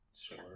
Sure